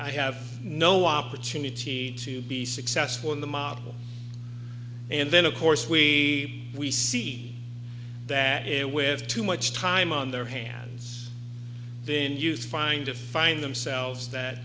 i have no opportunity to be successful in the model and then of course we we see that here with too much time on their hands then you find to find themselves that